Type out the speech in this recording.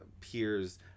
peers